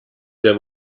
der